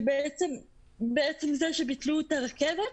שבעצם זה שביטלו את הרכבת,